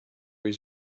his